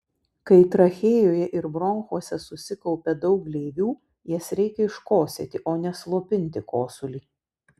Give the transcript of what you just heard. kai trachėjoje ir bronchuose susikaupia daug gleivių jas reikia iškosėti o ne slopinti kosulį